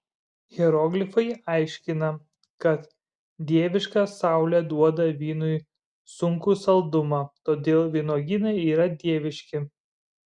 hieroglifai aiškina kad dieviška saulė duoda vynui sunkų saldumą todėl vynuogynai yra dieviški